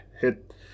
hit